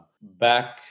back